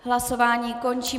Hlasování končím.